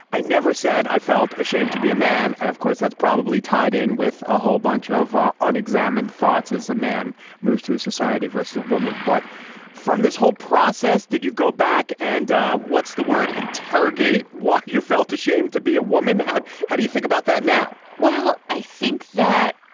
i never said i felt ashamed to be a man. and of course that's probably tied in with a whole bunch ah of ah unexamined thoughts as a man moves through society versus a woman. but from this whole process did you go back and what's the word interrogate what you felt ashamed to be a woman. how do you think about that now well i think that